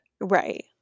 right